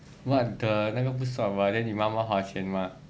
what the 那个不算 [what] then 你妈妈花钱 mah